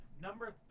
Number